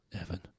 Evan